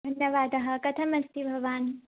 धन्यवादः कथमस्ति भवान्